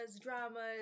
dramas